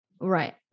Right